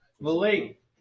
Malik